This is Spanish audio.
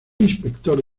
inspector